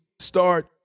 start